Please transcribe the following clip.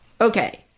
okay